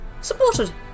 supported